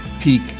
peak